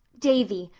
davy,